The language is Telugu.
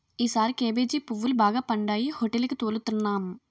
ఈసారి కేబేజీ పువ్వులు బాగా పండాయి హోటేలికి తోలుతన్నాం